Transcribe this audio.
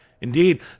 Indeed